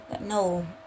no